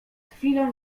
chwilą